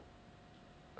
ya